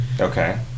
Okay